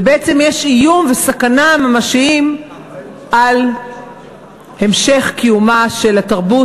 ובעצם יש איום וסכנה ממשיים על המשך קיומה של התרבות